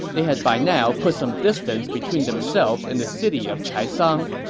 they had by now put some distance between themselves and the city of chaisang,